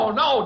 no